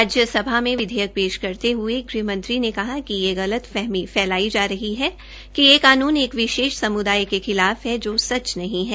राज्यसभा में विधेयक पेश करते हये गृहमंत्री ने कहा कि यह गलफहमी फैलाई जा रही है यह कानून एक विशेष समुदाय के खिलाफ है जो सच नहीं है